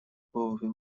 połowie